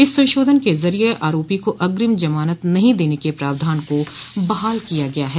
इस संशोधन के जरिए आरोपी को अग्रिम जमानत नहीं देने क प्रावधान को बहाल किया गया है